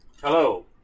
Hello